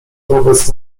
wobec